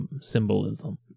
symbolism